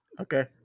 Okay